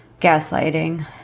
Gaslighting